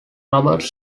roberts